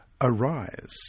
arise